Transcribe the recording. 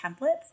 templates